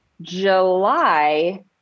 July